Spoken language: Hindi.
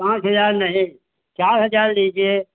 पाँच हज़ार नहीं चार हज़ार लीजिए